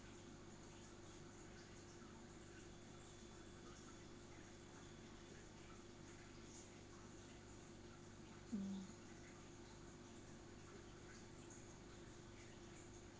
mm